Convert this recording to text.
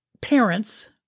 parents